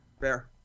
Fair